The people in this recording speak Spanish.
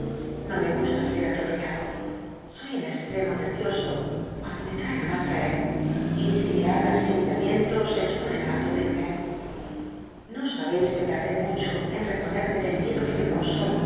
no me gusta ser ati'opcllado soy en esttemo nervioso cuando me traen á mal ll'acr y si me hablan sin mimmicn tos se exponen i atutdirme no sabeis que tardó mucho en reponerme del miedo que me causó